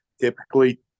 typically